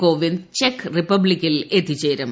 കോവിന്ദ് ചെക്ക് റിപ്പബ്ലിക്കിൽ എത്തിച്ചേരും